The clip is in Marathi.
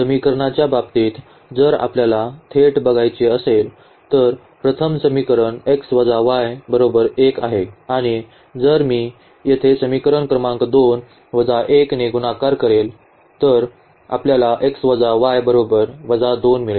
समीकरणाच्या बाबतीत जर आपल्याला थेट बघायचे असेल तर प्रथम समीकरण 1 आहे आणि जर मी येथे समीकरण क्रमांक 2 वजा 1 ने गुणाकार करेल तर आपल्याला मिळेल